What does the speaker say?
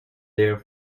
there